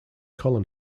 colin